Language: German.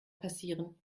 passieren